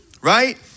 Right